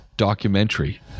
documentary